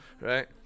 right